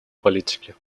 политики